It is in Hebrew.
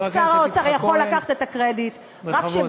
חברת הכנסת אבקסיס, תודה.